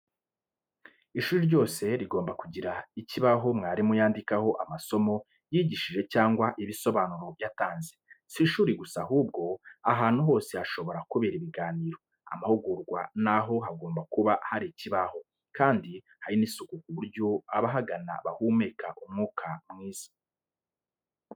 Ishuri ryose rigomba kugira ikibaho mwarimu yandikaho amasomo yigishyije cyangwa ibisobanuro yatanze. Si ishuri gusa ahubwo ahantu hose hashobora kubera ibiganiro, amahugurwa naho hagomba kuba hari ikibaho, kandi hari n'isuku ku buryo abahagana bahumeka umwuka mwiza.